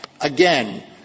Again